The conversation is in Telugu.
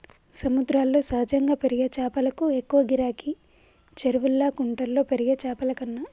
సముద్రాల్లో సహజంగా పెరిగే చాపలకు ఎక్కువ గిరాకీ, చెరువుల్లా కుంటల్లో పెరిగే చాపలకన్నా